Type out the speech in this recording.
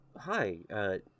hi